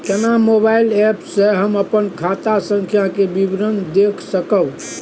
केना mobile app से हम अपन खाता संख्या के विवरण देख सकब?